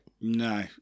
no